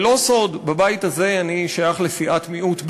זה לא סוד שבבית הזה אני שייך לסיעת מיעוט,